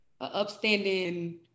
upstanding